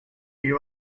you